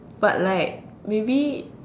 but like maybe